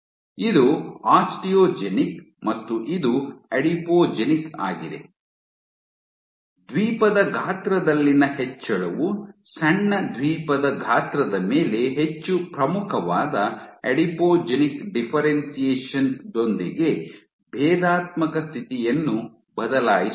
ಇದು ಆಸ್ಟಿಯೋಜೆನಿಕ್ ಮತ್ತು ಇದು ಅಡಿಪೋಜೆನಿಕ್ ಆಗಿದೆ ದ್ವೀಪದ ಗಾತ್ರದಲ್ಲಿನ ಹೆಚ್ಚಳವು ಸಣ್ಣ ದ್ವೀಪದ ಗಾತ್ರದ ಮೇಲೆ ಹೆಚ್ಚು ಪ್ರಮುಖವಾದ ಅಡಿಪೋಜೆನಿಕ್ ಡಿಫ್ಫೆರೆನ್ಶಿಯೇಷನ್ ದೊಂದಿಗೆ ಭೇದಾತ್ಮಕ ಸ್ಥಿತಿಯನ್ನು ಬದಲಾಯಿಸುತ್ತದೆ